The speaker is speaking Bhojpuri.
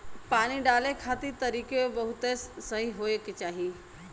पानी डाले खातिर तरीकों बहुते सही होए के चाही